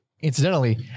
incidentally